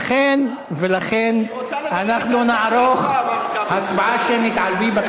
היא רוצה לדעת את העמדה של עצמה, אמר כבל.